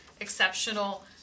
exceptional